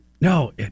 no